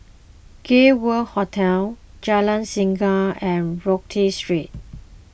Gay World Hotel Jalan Singa and Rodyk Street